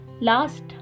Last